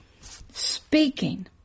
speaking